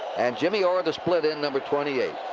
and jimmy orr, the split end. number twenty eight.